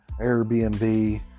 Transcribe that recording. Airbnb